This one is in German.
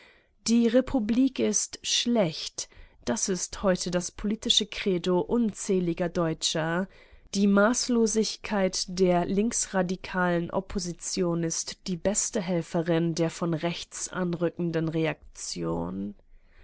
die republik ist schlecht das ist heute das politische credo unzähliger deutscher die maßlosigkeit der linksradikalen opposition ist die beste helferin der von rechts anrückenden reaktion